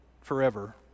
forever